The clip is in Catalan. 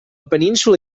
península